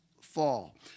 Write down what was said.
fall